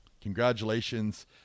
congratulations